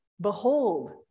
behold